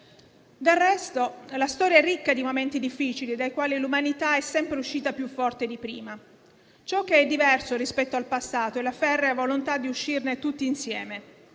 Del resto, la storia è ricca di momenti difficili dai quali l'umanità è sempre uscita più forte di prima. Ciò che è diverso rispetto al passato è la ferrea volontà di uscirne tutti insieme.